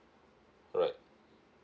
alright